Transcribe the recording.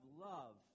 love